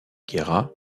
guerra